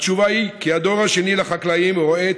התשובה היא כי הדור השני לחקלאים רואה את